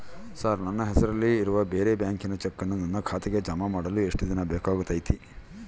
Sir ನನ್ನ ಹೆಸರಲ್ಲಿ ಇರುವ ಬೇರೆ ಬ್ಯಾಂಕಿನ ಚೆಕ್ಕನ್ನು ನನ್ನ ಖಾತೆಗೆ ಜಮಾ ಮಾಡಲು ಎಷ್ಟು ದಿನ ಬೇಕಾಗುತೈತಿ?